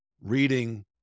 reading